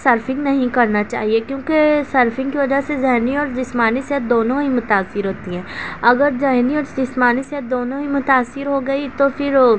surfing نہیں کرنا چاہیے کیونکہ سرفنگ کی وجہ سے ذہنی اور جسمانی صحت دونوں ہی متاثر ہوتی ہیں اگر ذہنی اور جسمانی صحت دونوں ہی متاثر ہو گئی تو پھر